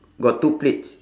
got two plates